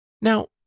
Now